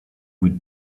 would